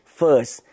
first